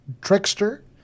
trickster